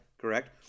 Correct